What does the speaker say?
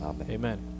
Amen